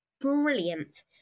brilliant